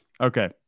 okay